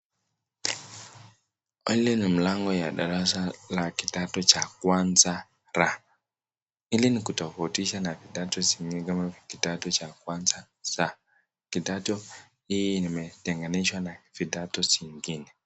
Pale ni mlango ya darasa la kidato cha kwanza L ,hili ni kutofautisha na vidato zingine ngine kama vile; kidato cha kwanza Z , kidato hii limetenganishwa na vidato zingine.